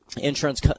insurance